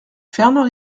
fernand